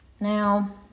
Now